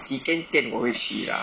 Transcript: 几间店我回去 lah